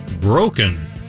broken